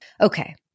Okay